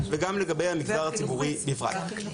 וגם לגבי המגזר הציבורי בפרט.